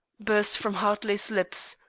burst from hartley's lips,